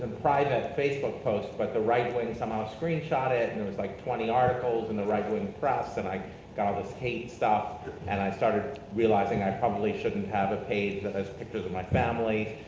private facebook post, but the right wing somehow screenshot it and there was like twenty articles in the right wing press and i got all this hate stuff and i started realizing i probably shouldn't have a page that has pictures of my family.